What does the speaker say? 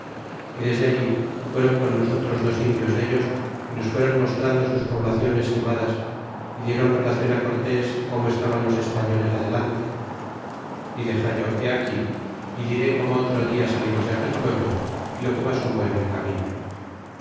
y desde allí fueron con nosotros dos indios dellos y nos fueron mostrando sus poblaciones quemadas y dieron relacion cortés como estaban los españoles adelante y dexallo he aquí y diré como otro dia salimos de aquel pueblo y lo que mas hubo en el camino